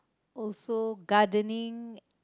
also gardening